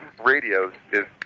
radio is